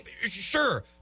Sure